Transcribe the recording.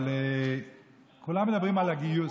אבל כולם מדברים על הגיוס.